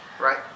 Right